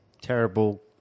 terrible